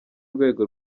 urwego